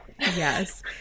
Yes